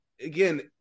again